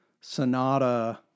sonata